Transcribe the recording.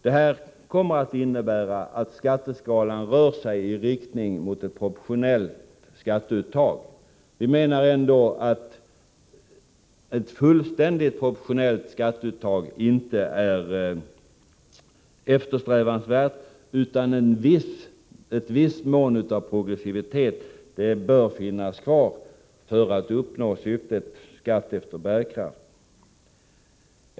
Detta kommer att innebära att skatteskalan rör sig i riktning mot ett proportionellt skatteuttag. Vi menar ändå att ett fullständigt proportionellt skatteuttag inte är eftersträvansvärt utan att en viss progressivitet bör finnas kvar för att uppnå syftet skatt efter bärkraft.